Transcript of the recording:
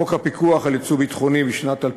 חוק הפיקוח על יצוא ביטחוני משנת 2007